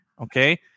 Okay